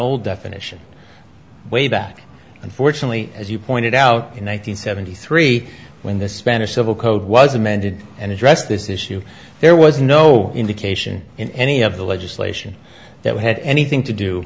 old definition way back unfortunately as you pointed out in one nine hundred seventy three when the spanish civil code was amended and addressed this issue there was no indication in any of the legislation that had anything to do